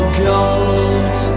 gold